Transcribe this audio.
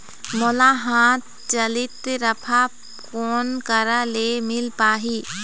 मोला हाथ चलित राफा कोन करा ले मिल पाही?